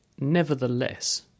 Nevertheless